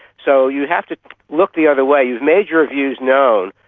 so you have to look the other way. you've made your views known,